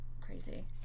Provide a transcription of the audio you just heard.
Crazy